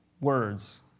words